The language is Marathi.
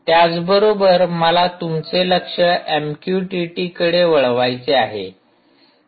त्याचबरोबर मला तुमचे लक्ष एमक्यूटीटीकडे वळवायचे आहे